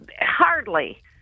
hardly